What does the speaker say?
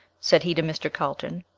said he to mr. carlton,